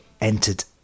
entered